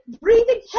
breathing